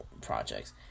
projects